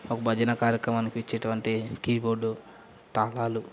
ఒక భజన కార్యక్రమానికి ఇచ్చేటువంటి కీబోర్డు తాళాలు